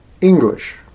English